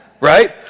Right